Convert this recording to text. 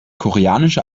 koreanische